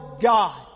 God